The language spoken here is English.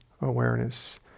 awareness